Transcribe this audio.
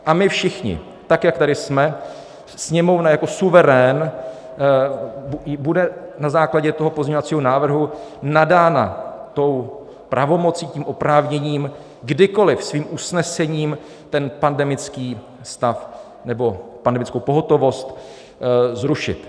A my všichni, tak jak tady jsme, Sněmovna jako suverén bude na základě toho pozměňovacího návrhu nadána tou pravomocí, tím oprávněním kdykoliv svým usnesením ten pandemický stav, nebo pandemickou pohotovost zrušit.